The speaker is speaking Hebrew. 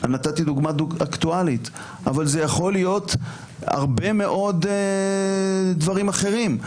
נתתי דוגמה אקטואלית אבל זה יכול להיות הרבה מאוד דברים אחרים.